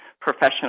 professional